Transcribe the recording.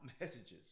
messages